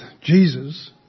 Jesus